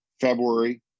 February